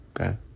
Okay